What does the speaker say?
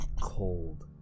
cold